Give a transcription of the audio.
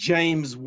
James